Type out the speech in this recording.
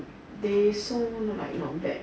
they sold like not bad